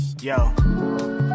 Yo